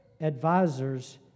advisors